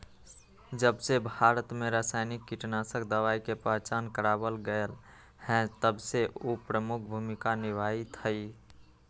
जबसे भारत में रसायनिक कीटनाशक दवाई के पहचान करावल गएल है तबसे उ प्रमुख भूमिका निभाई थई